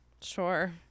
sure